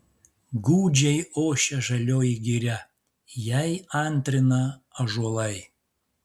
gūdžiai ošia žalioji giria jai antrina ąžuolai